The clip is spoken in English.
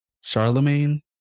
Charlemagne